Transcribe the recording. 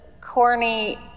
corny